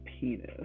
penis